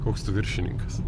koks tu viršininkas